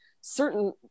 certain